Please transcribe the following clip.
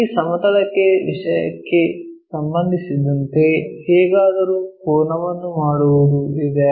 ಈ ಸಮತಲ ವಿಷಯಕ್ಕೆ ಸಂಬಂಧಿಸಿದಂತೆ ಹೇಗಾದರೂ ಕೋನವನ್ನು ಮಾಡುವುದು ಇದೆ